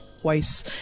twice